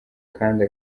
kandi